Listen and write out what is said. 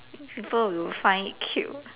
think people will find it cute